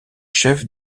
chef